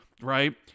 right